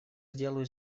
сделаю